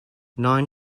nine